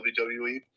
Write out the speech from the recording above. WWE